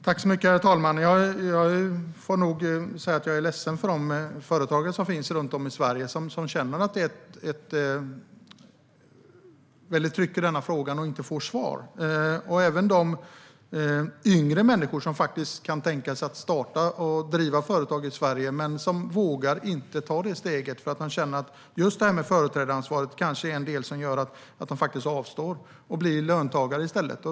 Herr talman! Jag är ledsen för företagarna runt om i Sverige som känner ett tryck i frågan och inte får svar. Det gäller även de yngre människor som kan tänka sig att starta och driva företag i Sverige men som inte vågar ta steget. Företrädaransvaret kan vara en anledning till att de avstår och blir löntagare i stället.